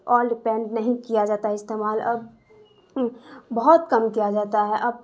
old paint نہیں کیا جاتا استعمال اب بہت کم کیا جاتا ہے اب